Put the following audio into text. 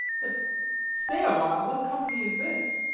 but stay awhile what company is this?